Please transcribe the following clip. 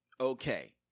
okay